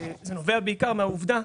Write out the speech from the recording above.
זה נובע בעיקר מהעובדה,